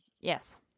Yes